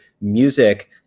music